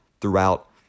throughout